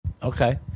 Okay